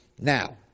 Now